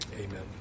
Amen